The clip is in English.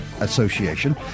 Association